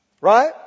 Right